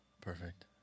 perfect